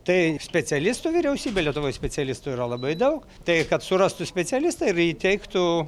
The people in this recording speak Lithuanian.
tai specialistų vyriausybė lietuvoj specialistų yra labai daug tai kad surastų specialistą ir įteiktų